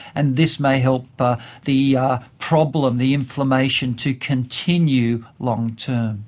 and this may help but the problem, the inflammation to continue long-term.